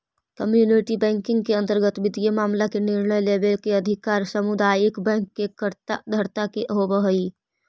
community banking के अंतर्गत वित्तीय मामला में निर्णय लेवे के अधिकार सामुदायिक बैंक के कर्ता धर्ता के होवऽ हइ